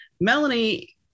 Melanie